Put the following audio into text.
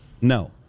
No